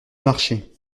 marcher